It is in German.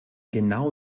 genau